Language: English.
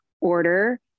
order